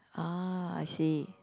ah I see